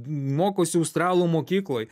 mokosi australų mokykloj